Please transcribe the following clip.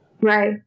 right